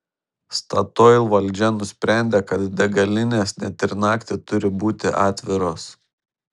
statoil valdžia nusprendė kad degalinės net ir naktį turi būti atviros